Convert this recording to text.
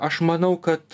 aš manau kad